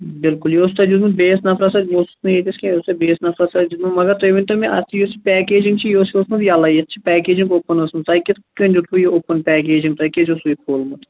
بِلکُل یہِ اوسوٕ تۄہہِ دیُتمُت بیٚیِس نَفرس اَتھِ بہٕ اوسُس نہٕ ییٚتِس کیٚنٛہہ یہِ اوسُوٕ تۄہہِ بیٚیِس نفرس اَتھِ دیُتمُت مگر تُہۍ ؤنۍ تَو مےٚ اَتھ یُس یہِ پیٚکیجِنٛگ چھِ یہِ اوسمُتھ یلٕے ییٚتہِ چھِ پیٚکینجِنٛگ اوٚپُن آسمٕژ تۄہہِ کِتھٕ کٔنۍ دیُتوٕ یہِ اوٚپُن پیکیجِنٛگ تۄہہِ کیٛازِ اوسوٕ یہِ کھُلومُت